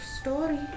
story